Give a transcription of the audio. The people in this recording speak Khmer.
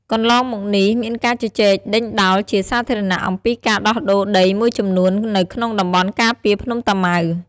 កន្លងមកនេះមានការជជែកដេញដោលជាសាធារណៈអំពីការដោះដូរដីមួយចំនួននៅក្នុងតំបន់ការពារភ្នំតាម៉ៅ។